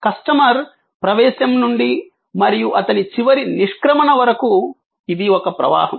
customer ప్రవేశం నుండి మరియు అతని చివరి నిష్క్రమణ వరకు ఇది ఒక ప్రవాహం